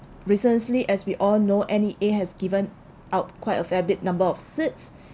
recently as we all know N_E_A has given out quite a fair bit number of seeds